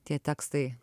tie tekstai